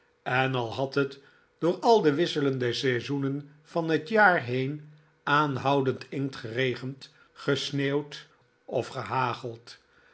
en al had het door al de wisselende seizoenen van het jaar heen aanhoudend inkt getegend gesneeuwd of